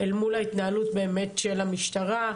אל מול ההתנהלות באמת של המשטרה,